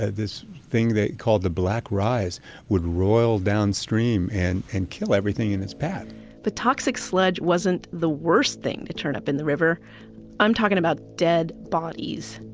ah this thing they called the black rise would roil downstream and and kill everything in its path but toxic sludge wasn't the worst thing to turn up in the river i'm talking about dead bodies.